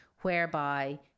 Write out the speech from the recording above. whereby